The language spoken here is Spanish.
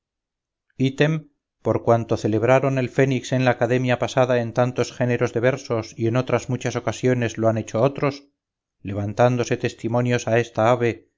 item por cuanto celebraron el fénix en la academia pasada en tantos géneros de versos y en otras muchas ocasiones lo han hecho otros levantándole testimonios a esta ave